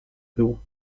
był